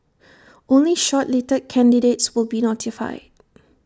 only shortlisted candidates will be notified